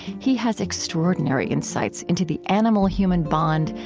he has extraordinary insights into the animal-human bond,